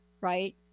Right